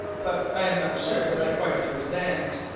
but i am not sure that i quite understand.